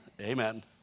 Amen